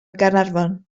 gaernarfon